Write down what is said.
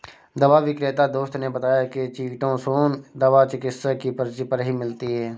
दवा विक्रेता दोस्त ने बताया की चीटोसोंन दवा चिकित्सक की पर्ची पर ही मिलती है